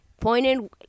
pointed